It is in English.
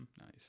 nice